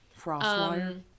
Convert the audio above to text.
FrostWire